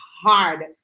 hard